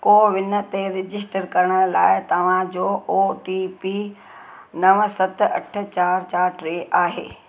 CoWIN ते register करण लाइ तव्हांजो ओ टी पी नव सत अठ चारि चारि टे आहे